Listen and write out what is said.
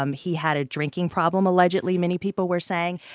um he had a drinking problem, allegedly many people were saying.